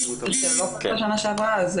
זה לא כמו בשנה שעברה,